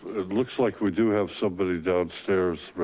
it looks like we do have somebody downstairs